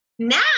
Now